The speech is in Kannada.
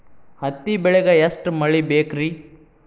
ಹತ್ತಿ ಬೆಳಿಗ ಎಷ್ಟ ಮಳಿ ಬೇಕ್ ರಿ?